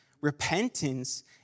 repentance